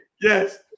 Yes